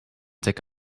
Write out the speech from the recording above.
take